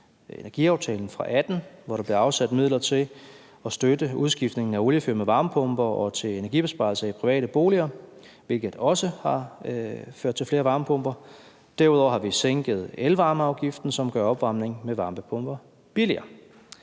energiaftalen fra 2018, hvor der blev afsat midler til at støtte udskiftningen af oliefyr med varmepumper og til energibesparelser i private boliger, hvilket også har ført til flere varmepumper. Derudover har vi sænket elvarmeafgiften, som gør opvarmning med varmepumper billigere.